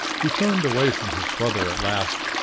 he turned away from his brother at last,